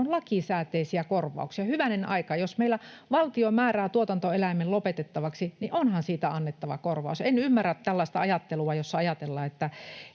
ovat lakisääteisiä korvauksia. Hyvänen aika, jos meillä valtio määrää tuotantoeläimen lopetettavaksi, niin onhan siitä annettava korvaus. En ymmärrä tällaista ajattelua, jossa ajatellaan,